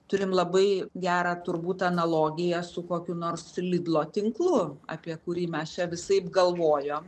turim labai gerą turbūt analogiją su kokiu nors lidlo tinklu apie kurį mes čia visaip galvojom